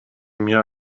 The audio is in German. mir